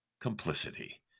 complicity